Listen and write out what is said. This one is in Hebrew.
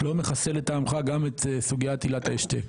לא מחסל את לטעמך גם את סוגיית עילת השתק?